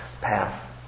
path